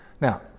Now